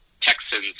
Texans